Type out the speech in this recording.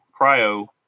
cryo